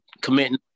committing